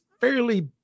fairly